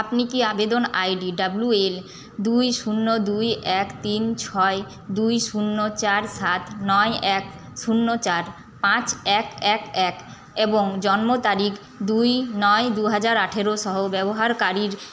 আপনি কি আবেদন আইডি ডাব্লিউ এল দুই শূন্য দুই এক তিন ছয় দুই শূন্য চার সাত নয় এক শূন্য চার পাঁচ এক এক এক এবং জন্ম তারিখ দুই নয় দু হাজার আঠেরো সহ ব্যবহারকারীর